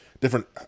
different